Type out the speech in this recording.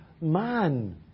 man